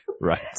Right